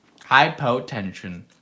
Hypotension